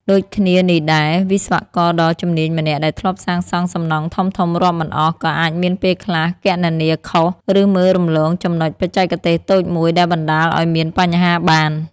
ដូចគ្នានេះដែរ វិស្វករដ៏ជំនាញម្នាក់ដែលធ្លាប់សាងសង់សំណង់ធំៗរាប់មិនអស់ ក៏អាចមានពេលខ្លះគណនាខុស ឬមើលរំលងចំណុចបច្ចេកទេសតូចមួយដែលបណ្ដាលឱ្យមានបញ្ហាបាន។